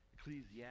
Ecclesiastes